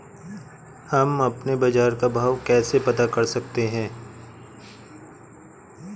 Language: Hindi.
हम अपने बाजार का भाव कैसे पता कर सकते है?